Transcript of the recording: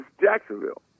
Jacksonville